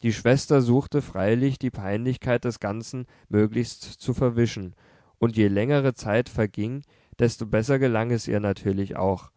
die schwester suchte freilich die peinlichkeit des ganzen möglichst zu verwischen und je längere zeit verging desto besser gelang es ihr natürlich auch